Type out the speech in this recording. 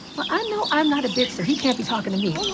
i know i'm not a bitch, so he can't be talking to me.